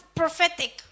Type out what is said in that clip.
prophetic